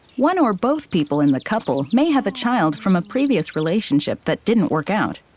one or both people in the couple may have a child from a previous relationship that didn't work out.